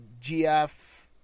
GF